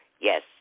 Yes